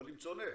או למצוא נפט.